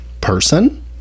person